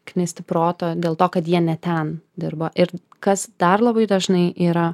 knisti proto dėl to kad jie ne ten dirba ir kas dar labai dažnai yra